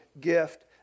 gift